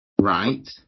Right